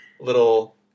little